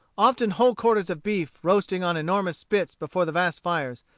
often whole quarters of beef roasting on enormous spits before the vast fires,